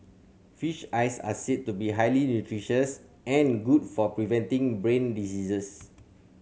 fish eyes are said to be highly nutritious and good for preventing brain diseases